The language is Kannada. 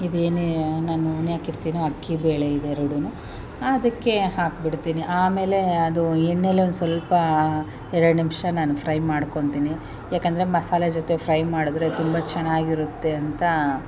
ಇದು ಏನೇ ನಾನು ಉಣೆ ಹಾಕಿರ್ತಿನೋ ಅಕ್ಕಿ ಬೇಳೆ ಇದೆರಡುನೂ ಅದಕ್ಕೆ ಹಾಕ್ಬಿಡ್ತೀನಿ ಆಮೇಲೆ ಅದು ಎಣ್ಣೆಲೆ ಒಂದು ಸ್ವಲ್ಪ ಎರಡು ನಿಮಿಷ ನಾನು ಫ್ರೈ ಮಾಡ್ಕೊಳ್ತೀನಿ ಯಾಕೆಂದ್ರೆ ಮಸಾಲೆ ಜೊತೆ ಫ್ರೈ ಮಾಡಿದ್ರೆ ತುಂಬಾ ಚೆನ್ನಾಗಿರುತ್ತೆ ಅಂತಾ